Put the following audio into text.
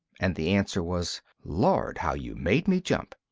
and the answer was, lord, how you made me jump!